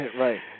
Right